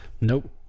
nope